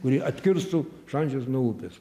kuri atkirstų šančius nuo upės